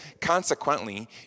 Consequently